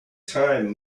time